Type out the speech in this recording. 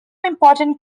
important